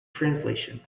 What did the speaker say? translation